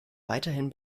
weiterhin